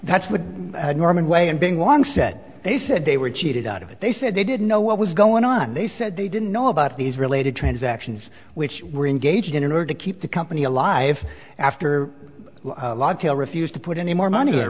that's what norman way and being one said they said they were cheated out of it they said they didn't know what was going on they said they didn't know about these related transactions which were engaged in in order to keep the company alive after a lot of jail refused to put any more money